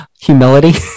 Humility